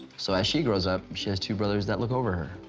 so as she grows up, she has two brothers that look over her.